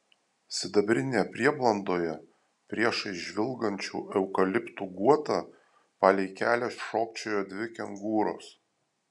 sidabrinėje prieblandoje priešais žvilgančių eukaliptų guotą palei kelią šokčiojo dvi kengūros